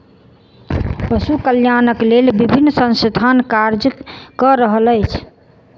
पशु कल्याणक लेल विभिन्न संस्थान कार्य क रहल अछि